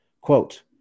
Quote